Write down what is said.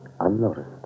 unnoticed